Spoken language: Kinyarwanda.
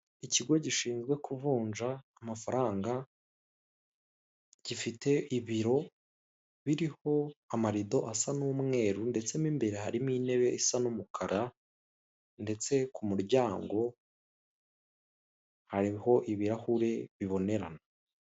Ikigo gishinzwe kuvunja amafaranga gifite ibiro biriho amarido asa n'umweru ndetse mo imbere harimo intebe isa n'umukara ndetse ku muryangao hariho ibirahure bibonerana.